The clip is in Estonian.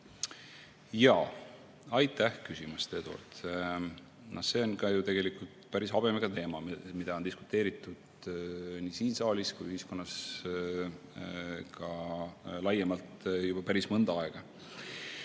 Aitäh küsimast, Eduard! See on ju tegelikult päris habemega teema, mille üle on diskuteeritud nii siin saalis kui ka ühiskonnas laiemalt juba päris mõnda aega.